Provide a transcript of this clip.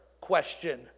question